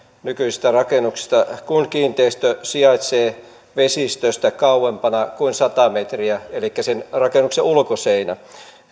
nykyisissä rakennuksissa kun kiinteistö sijaitsee vesistöstä kauempana kuin sata metriä elikkä sen rakennuksen ulkoseinä